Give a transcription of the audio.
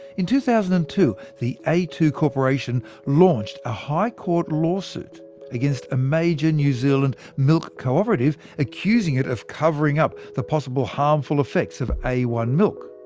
in two thousand and two, the a two corporation launched a high court lawsuit against a major new zealand milk cooperative, accusing it of covering up the possible harmful effects of a one milk.